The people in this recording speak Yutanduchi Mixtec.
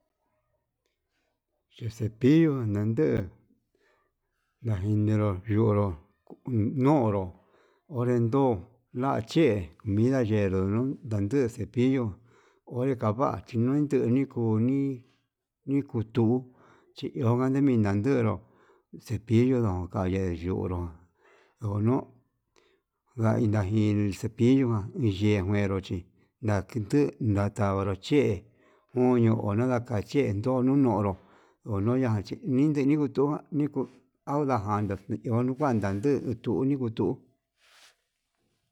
Ye'e cepillo nanduu najinero yonró, uun nonró onrenduu na'a che comida yenruu nun ndanduu de cepillo onré kavachi nui tuni kunii nikutu chioninga nunan ndero, cepillo ndukan ye'e yonró onu ndainaji cepillo han yinguero chí natinduu nakairo che'e uño onra nakache ndo'o, onuu nonró onoya ninde nikutua nikuu andaján nikuiru kuada tuu uni kutu.